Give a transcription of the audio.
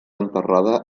enterrada